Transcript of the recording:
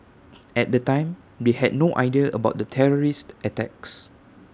at the time they had no idea about the terrorist attacks